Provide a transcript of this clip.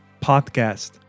podcast